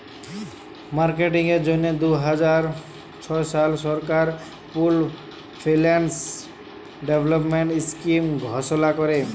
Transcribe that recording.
মার্কেটিংয়ের জ্যনহে দু হাজার ছ সালে সরকার পুল্ড ফিল্যাল্স ডেভেলপমেল্ট ইস্কিম ঘষলা ক্যরে